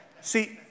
see